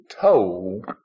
told